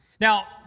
Now